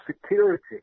security